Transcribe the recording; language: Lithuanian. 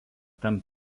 tam